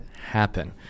happen